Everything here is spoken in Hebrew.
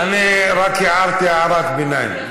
אני רק הערתי הערת ביניים.